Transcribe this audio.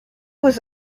was